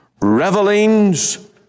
revelings